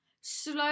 Slow